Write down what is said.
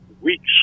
weeks